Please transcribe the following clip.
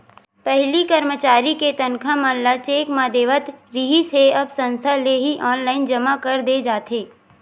पहिली करमचारी के तनखा मन ल चेक म देवत रिहिस हे अब संस्था ले ही ऑनलाईन जमा कर दे जाथे